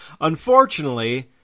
Unfortunately